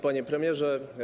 Panie Premierze!